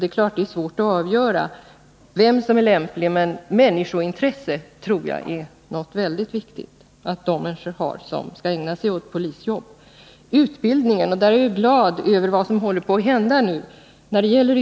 Naturligtvis är det svårt att avgöra vem som är lämplig, men att de som skall ägna sig åt det här arbetet har människointresse tror jag är något som är väldigt viktigt. I fråga om utbildningen vill jag säga att jag är glad över vad som nu håller påatt hända på det området.